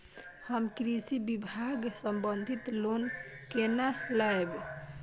हम कृषि विभाग संबंधी लोन केना लैब?